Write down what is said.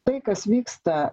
tai kas vyksta